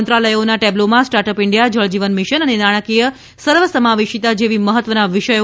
મંત્રાલયોના ટેબ્લોમાં startup India જળજીવન mission અને નાણાકીય સર્વસમાવેશીતા જેવી મહત્વના વિષયો આવરી લેવાયા છે